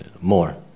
more